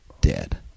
dead